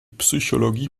psychologie